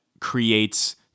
creates